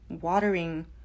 watering